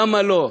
למה לא,